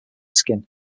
skin